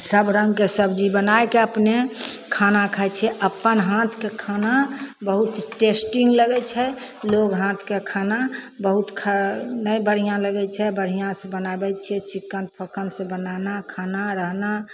सब रङ्गके सब्जी बनायके अपने खाना खाइ छियै अपन हाथके खाना बहुत टेस्टी लगय छै लोग हाथके खाना बहुत खा नहि बढ़िआँ लगय छै बढ़िआँसँ बनाबय छियै चिक्कन फोक्कनसँ बनाना खाना रहना